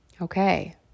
Okay